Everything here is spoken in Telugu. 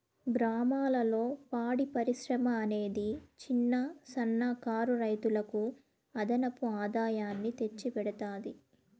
గ్రామాలలో పాడి పరిశ్రమ అనేది చిన్న, సన్న కారు రైతులకు అదనపు ఆదాయాన్ని తెచ్చి పెడతాది